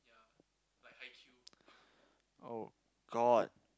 oh god